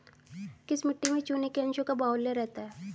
किस मिट्टी में चूने के अंशों का बाहुल्य रहता है?